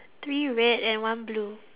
three red and one blue